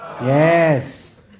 Yes